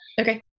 Okay